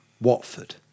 Watford